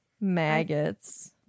Maggots